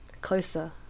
Closer